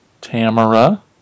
Tamara